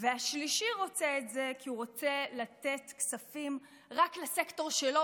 השלישי רוצה את זה כי הוא רוצה לתת כספים רק לסקטור שלו,